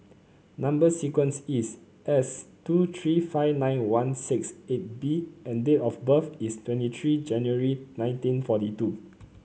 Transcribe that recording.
number sequence is S two three five nine one six eight B and date of birth is twenty three January nineteen forty two